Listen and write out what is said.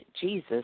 Jesus